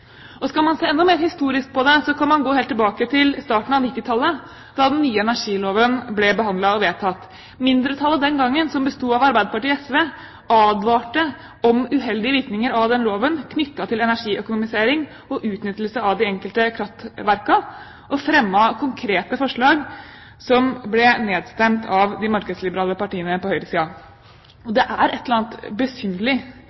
Skal man se enda mer historisk på det, kan man gå helt tilbake til starten av 1990-tallet, da den nye energiloven ble behandlet og vedtatt. Mindretallet den gangen, som besto av Arbeiderpartiet og SV, advarte om uheldige virkninger av loven, knyttet til energiøkonomisering og utnyttelse av de enkelte kraftverkene, og fremmet konkrete forslag, som ble nedstemt av de markedsliberale partiene på